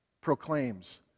proclaims